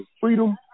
freedom